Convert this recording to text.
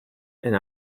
and